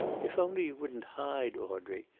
if only you wouldn't hide, audrey.